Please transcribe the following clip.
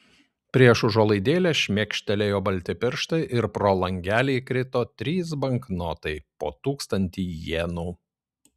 prieš užuolaidėlę šmėkštelėjo balti pirštai ir pro langelį įkrito trys banknotai po tūkstantį jenų